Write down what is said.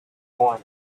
one